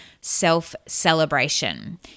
self-celebration